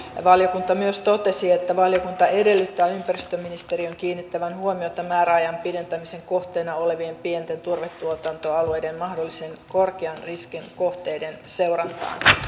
valiokunta myös totesi että valiokunta edellyttää ympäristöministeriön kiinnittävän huomiota määräajan pidentämisen kohteena olevien pienten turvetuotantoalueiden mahdollisten korkean riskin kohteiden seurantaan